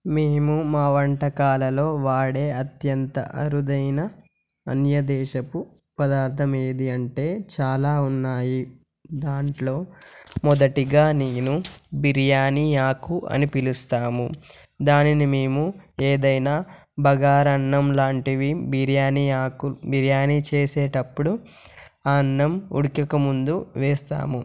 మేము మా వంటకాలలో వాడే అత్యంత అరుదైన అన్యదేశపు పదార్థం ఏది అంటే చాలా ఉన్నాయి దాంట్లో మొదటిగా నేను బిర్యానీ ఆకు అని పిలుస్తాము దానిని మేము ఏదైనా బగార అన్నం లాంటివి బిర్యానీ ఆకు బిర్యానీ చేసేటప్పుడు అన్నం ఉడకక ముందు వేస్తాము